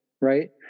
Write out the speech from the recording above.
Right